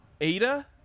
Ada